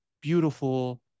beautiful